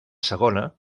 segona